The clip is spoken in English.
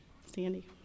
Sandy